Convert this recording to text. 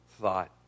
thought